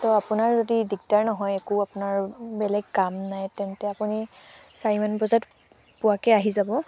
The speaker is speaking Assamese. তহ আপোনাৰ যদি দিগদাৰ নহয় আপোনাৰ বেলেগ একো কাম নাই তেতিয়া আপুনি চাৰিমান বজাত পোৱাকৈ আহি যাব